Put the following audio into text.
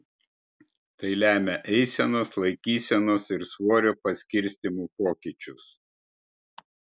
tai lemia eisenos laikysenos ir svorio paskirstymo pokyčius